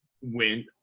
went